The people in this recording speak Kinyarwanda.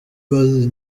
maze